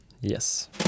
yes